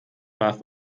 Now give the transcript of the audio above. warf